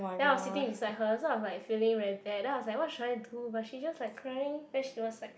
then I was sitting beside her so I was like feeling very bad then I was like what should I do but then she just like crying then she was like